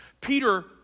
Peter